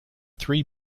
three